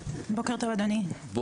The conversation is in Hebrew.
הפנים,